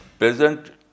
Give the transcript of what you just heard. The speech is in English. Present